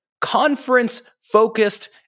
conference-focused